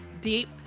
deep